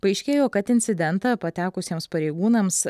paaiškėjo kad incidentą patekusiems pareigūnams